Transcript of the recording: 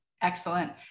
Excellent